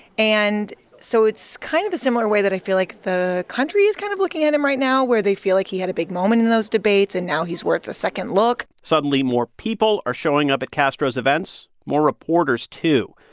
and so it's kind of a similar way that i feel like the country is kind of looking at him right now, where they feel like he had a big moment in those debates, and now he's worth a second look suddenly, more people are showing up at castro's events, more reporters too.